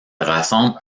rassemble